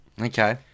Okay